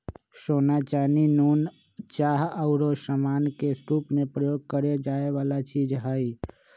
सोना, चानी, नुन, चाह आउरो समान के रूप में प्रयोग करए जाए वला चीज हइ